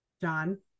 John